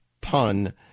pun